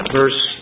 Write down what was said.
verse